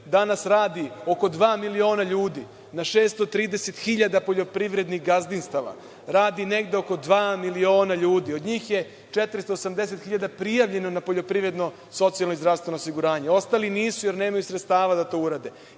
danas radi oko dva miliona ljudi na 630.000 poljoprivrednih gazdinstava, radi negde oko dva miliona ljudi, od njih je 480.000 prijavljeno na poljoprivredno socijalno i zdravstveno osiguranje. Ostali nisu jer nemaju sredstava da to urade. Ideja